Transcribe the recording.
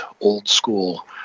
old-school